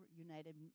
United